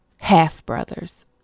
half-brothers